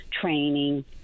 training